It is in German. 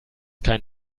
kein